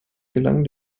gelang